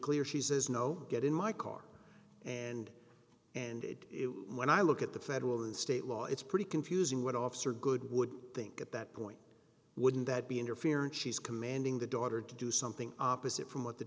clear she says no get in my car and and it when i look at the federal and state law it's pretty confusing what officer good would think at that point wouldn't that be interfering she's commanding the daughter to do something opposite from what the